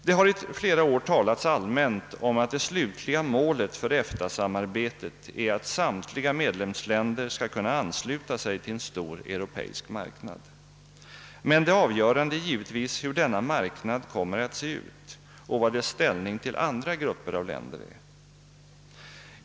Det har i flera år talats allmänt om att det slutliga målet för EFTA-samarbetet är att samtliga medlemsländer skall kunna ansluta sig till en stor europeisk marknad. Men det avgörande är givetvis hur denna marknad kommer att se ut och vilken dess ställning i förhållande till andra grupper av länder blir.